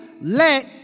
let